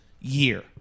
year